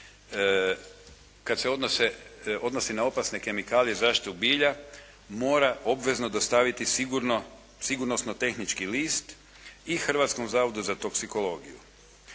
kad se odnosi na opasne kemikalije zaštitu bilja mora obvezno dostaviti sigurnosno-tehnički list i Hrvatskom zavodu za toksikologiju